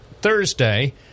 thursday